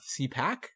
cpac